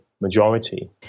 majority